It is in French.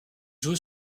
joue